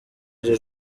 iri